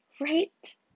right